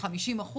50%,